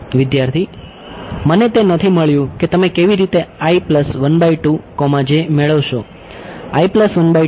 વિદ્યાર્થી મને તે નથી મળ્યું કે તમે કેવી રીતે મેળવશો